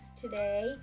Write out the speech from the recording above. today